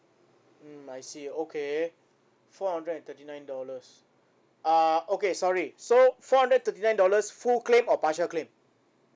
hmm I see okay four hundred and thirty nine dollars uh okay sorry so four hundred and thirty nine dollars full claim or partial claim